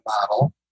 model